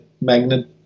magnet